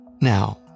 Now